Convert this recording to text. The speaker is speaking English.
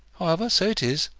however, so it is.